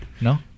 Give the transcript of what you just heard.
No